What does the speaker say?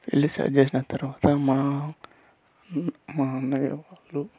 పెళ్లి స్టార్ట్ చేసిన తర్వాత మా మా అన్నయ్య వాళ్ళు